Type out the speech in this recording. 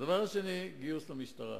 הדבר השני, גיוס למשטרה.